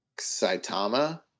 Saitama